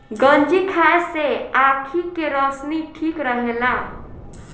गंजी खाए से आंखी के रौशनी ठीक रहेला